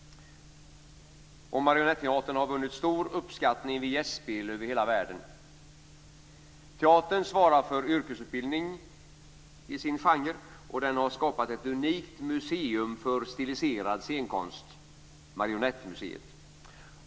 Marionetteatern har vunnit stor uppskattning vid gästspel över hela världen. Teatern svarar för yrkesutbildning i sin genre, och den har skapat ett unikt museum för stiliserad scenkonst - Marionettmuseet.